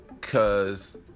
cause